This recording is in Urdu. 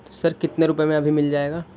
تو سر کتنے روپئے میں ابھی مل جائے گا